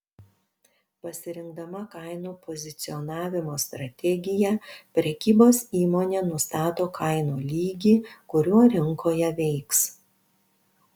pasirinkdama kainų pozicionavimo strategiją prekybos įmonė nustato kainų lygį kuriuo rinkoje veiks